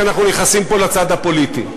כי אנחנו נכנסים פה לצד הפוליטי: